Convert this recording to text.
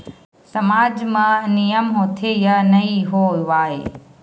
सामाज मा नियम होथे या नहीं हो वाए?